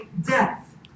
death